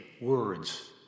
words